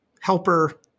helper